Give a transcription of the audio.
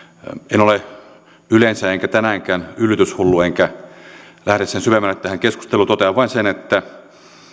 en ole yleensä enkä tänäänkään yllytyshullu enkä lähde sen syvemmälle tähän keskusteluun totean vain sen että